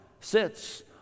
sits